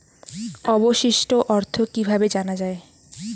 অবশিষ্ট অর্থ কিভাবে জানা হয়?